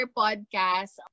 podcast